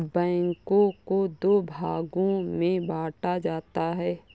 बैंकों को दो भागों मे बांटा जाता है